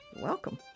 Welcome